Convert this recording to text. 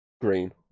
green